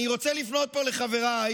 אני רוצה לפנות פה לחבריי.